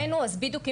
בדיוק.